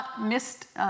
missed